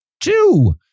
Two